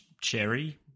Cherry